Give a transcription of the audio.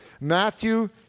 Matthew